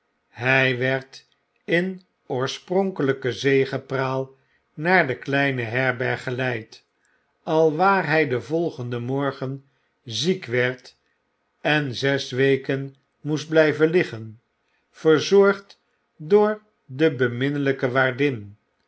hij wetfd in oorspronkelijke zegepraal naar de kleine herberg geleid afwaar hy den volgenden morgen ziek werd en zes weken moest blyven liggen verzorgd door de beminnelykei waardin